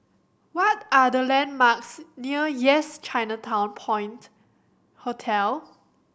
what are the landmarks near Yes Chinatown Point Hotel